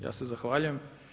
Ja se zahvaljujem.